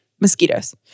mosquitoes